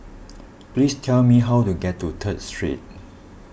please tell me how to get to Third Street